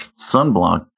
sunblock